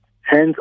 Hence